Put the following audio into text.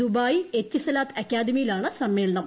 Dubai Etisalat അക്കാദമിയിലാണ് സമ്മേളനം